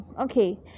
Okay